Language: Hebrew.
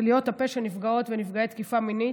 להיות הפה של נפגעות ונפגעי תקיפה מינית.